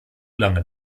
lange